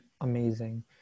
amazing